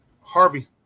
Harvey